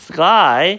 Sky